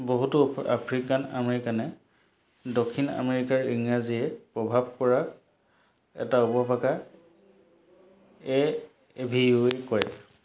বহুতো আফ্ৰিকান আমেৰিকানে দক্ষিণ আমেৰিকাৰ ইংৰাজীয়ে প্ৰভাৱ কৰা এটা উপভাষা এ এভিই কয়